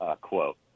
quote